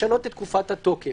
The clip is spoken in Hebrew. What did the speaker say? לשנות את תקופת התוקף.